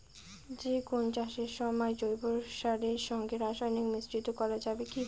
যে কোন চাষের সময় জৈব সারের সঙ্গে রাসায়নিক মিশ্রিত করা যাবে কি?